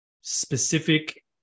specific